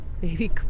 baby